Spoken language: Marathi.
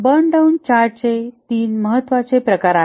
बर्न डाउन चार्टचे 3 महत्वाचे प्रकार आहेत